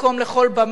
לכל במה,